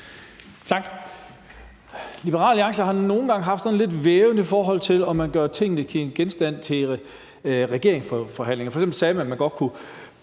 Tak. Liberal Alliance har nogle gange været sådan lidt vævende, i forhold til om man har fokus på tingene ved regeringsforhandlinger. F.eks. sagde man, at man godt kunne